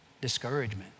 discouragement